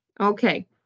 okay